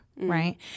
right